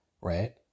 right